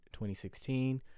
2016